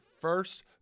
first